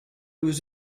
was